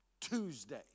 Tuesday